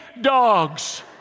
dogs